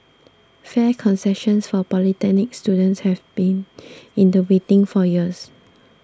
fare concessions for polytechnic students have been in the waiting for years